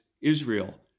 Israel